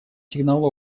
сигнал